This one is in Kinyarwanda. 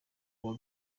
uwa